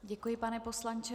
Děkuji, pane poslanče.